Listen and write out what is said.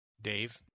Dave